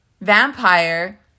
vampire